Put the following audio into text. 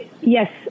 yes